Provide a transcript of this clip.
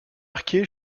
arqué